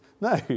No